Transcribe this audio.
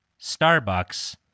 Starbucks